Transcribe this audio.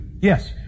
Yes